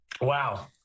Wow